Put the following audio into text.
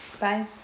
Bye